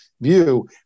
view